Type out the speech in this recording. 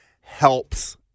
helps